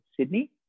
Sydney